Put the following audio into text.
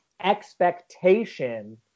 expectation